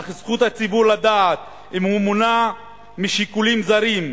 אך זכות הציבור לדעת אם הוא מונע משיקולים זרים.